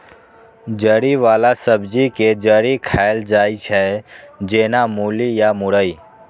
जड़ि बला सब्जी के जड़ि खाएल जाइ छै, जेना मूली या मुरइ